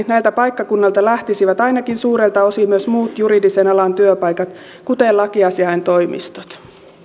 näiltä paikkakunnilta lähtisivät ainakin suurelta osin myös muut juridisen alan työpaikat kuten lakiasiaintoimistot